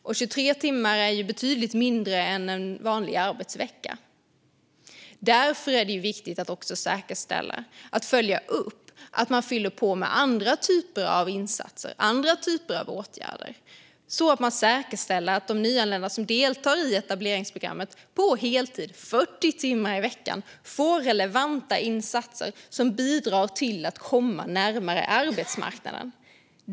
Det är ju betydligt mindre än en vanlig arbetsvecka. Därför är det viktigt att också säkerställa att det följs upp att man fyller på med andra typer av insatser och åtgärder, så att de nyanlända som deltar i etableringsprogrammet på heltid 40 timmar i veckan verkligen får relevanta insatser som bidrar till att de kommer närmare arbetsmarknaden.